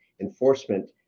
enforcement